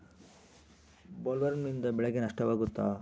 ಬೊಲ್ವರ್ಮ್ನಿಂದ ಬೆಳೆಗೆ ನಷ್ಟವಾಗುತ್ತ?